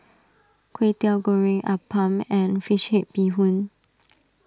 Kwetiau Goreng Appam and Fish Head Bee Hoon